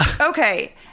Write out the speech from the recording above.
Okay